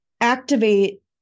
Activate